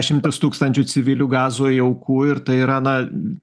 šimtas tūkstančių civilių gazoj aukų ir tai yra na